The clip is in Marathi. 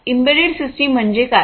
तर एम्बेडेड सिस्टम म्हणजे काय